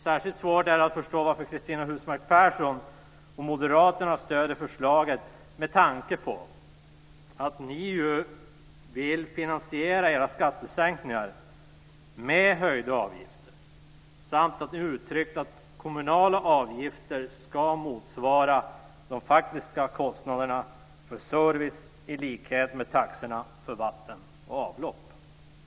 Särskilt svårt är det att förstå varför Cristina Husmark Pehrsson och Moderaterna stöder förslaget, med tanke på att ni vill finansiera era skattesänkningar med höjda avgifter samt att ni uttryckt att kommunala avgifter ska motsvara de faktiska kostnaderna för service i likhet med taxorna för vatten och avlopp.